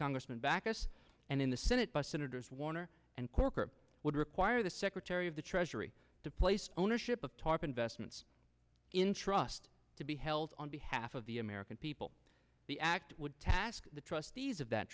congressman baucus and in the senate by senators warner and corker would require the secretary of the treasury to place ownership of tarp investments in trust to be held on behalf of the american people the act would task the trustees of that